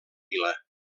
vila